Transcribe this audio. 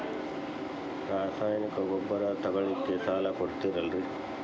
ರಾಸಾಯನಿಕ ಗೊಬ್ಬರ ತಗೊಳ್ಳಿಕ್ಕೆ ಸಾಲ ಕೊಡ್ತೇರಲ್ರೇ?